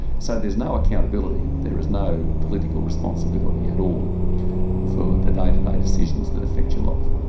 so there is no accountability, there is no political responsibility at all for the day-to-day decisions that affect your life.